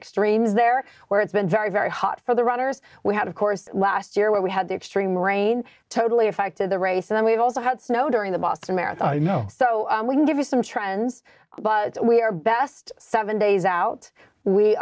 extremes there where it's been very very hot for the runners we had of course last year where we had the extreme rain totally affected the race and we've also had snow during the boston marathon you know so we can give you some trends but we are best seven days out we